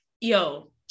Yo